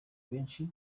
benshi